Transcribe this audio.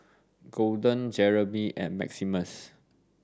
Golden Jereme and Maximus